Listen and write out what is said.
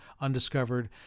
undiscovered